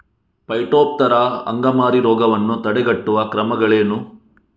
Phytophthora ಅಂಗಮಾರಿ ರೋಗವನ್ನು ತಡೆಗಟ್ಟುವ ಕ್ರಮಗಳೇನು?